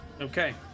Okay